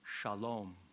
shalom